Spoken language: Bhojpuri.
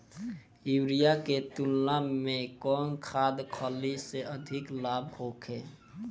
यूरिया के तुलना में कौन खाध खल्ली से अधिक लाभ होखे?